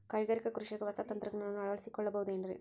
ಕೈಗಾರಿಕಾ ಕೃಷಿಯಾಗ ಹೊಸ ತಂತ್ರಜ್ಞಾನವನ್ನ ಅಳವಡಿಸಿಕೊಳ್ಳಬಹುದೇನ್ರೇ?